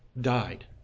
died